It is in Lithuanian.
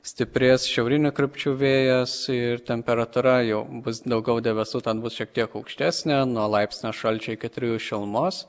stiprės šiaurinių krypčių vėjas ir temperatūra jau bus daugiau debesų ten bus šiek tiek aukštesnė nuo laipsnio šalčio iki trijų šilumos